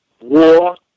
war